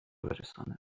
برساند